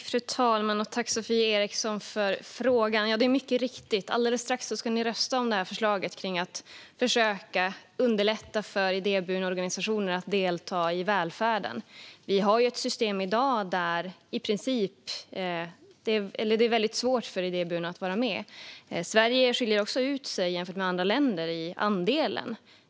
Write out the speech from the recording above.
Fru talman! Tack, Sofie Eriksson, för frågan! Det är mycket riktigt så att ni alldeles strax ska rösta om förslaget om att försöka underlätta för idéburna organisationer att delta i välfärden. Vi har ett system i dag där det är väldigt svårt för idéburna aktörer att vara med. Sverige skiljer också ut sig jämfört med andra länder när det gäller andelen.